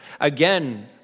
Again